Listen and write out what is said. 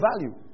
value